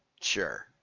sure